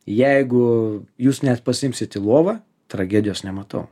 jeigu jūs net pasiimsit į lovą tragedijos nematau